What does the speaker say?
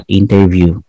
interview